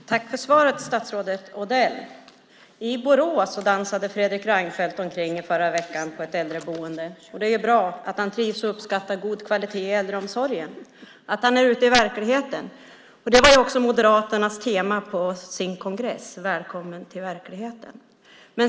Fru talman! Tack för svaret, statsrådet Odell! I Borås dansade Fredrik Reinfeldt i förra veckan omkring på ett äldreboende. Det är bra att han trivs, att han uppskattar god kvalitet i äldreomsorgen och att han är ute i verkligheten. Det var också temat för Moderaternas kongress: Välkommen till verkligheten!